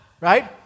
right